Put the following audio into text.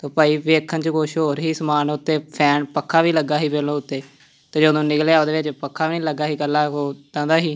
ਤਾ ਭਾਈ ਦੇਖਣ 'ਚ ਕੁਛ ਹੋਰ ਸੀ ਸਮਾਨ ਉੱਤੇ ਫੈਨ ਪੱਖਾ ਵੀ ਲੱਗਾ ਸੀ ਪਹਿਲਾਂ ਉੱਤੇ ਅਤੇ ਜਦੋਂ ਨਿਕਲਿਆ ਉਹਦੇ ਵਿੱਚ ਪੱਖਾ ਵੀ ਨਹੀਂ ਲੱਗਾ ਸੀ ਇਕੱਲਾ ਉਹ ਤਾਂ ਦਾ ਸੀ